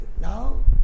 Now